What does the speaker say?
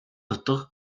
утга